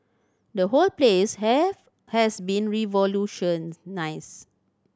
the whole place have has been revolutionised